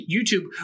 YouTube